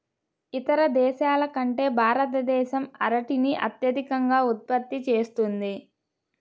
ఇతర దేశాల కంటే భారతదేశం అరటిని అత్యధికంగా ఉత్పత్తి చేస్తుంది